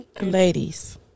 Ladies